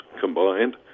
combined